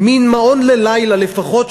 מין מעון ללילה לפחות,